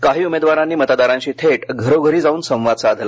काही उमेदवारांनी मतदारांशी थेट घरोघरी जाऊन संवाद साधला